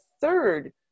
third